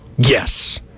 Yes